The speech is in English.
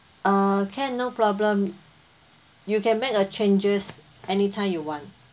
uh can no problem you can make a changes anytime you want